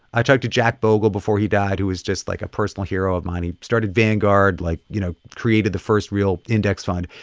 i talked to jack bogle before he died, who is just, like, a personal hero of mine. he started vanguard, like, you know, created the first real index fund.